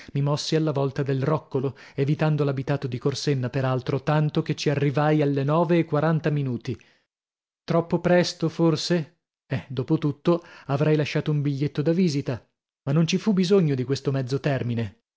mi mossi alla volta del roccolo evitando l'abitato di corsenna per altro tanto che ci arrivai alle nove e quaranta minuti troppo presto forse eh dopo tutto avrei lasciato un biglietto di visita ma non ci fu bisogno di questo mezzo termine